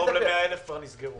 קרוב ל-100,000 כבר נסגרו.